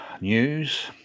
news